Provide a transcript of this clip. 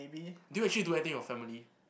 do you actually do anything with your family